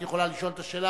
את יכולה לשאול את השאילתא,